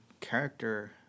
character